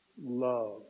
love